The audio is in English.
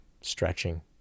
stretching